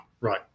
Right